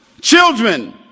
children